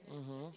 mmhmm